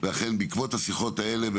ובעקבות השיחות האלה,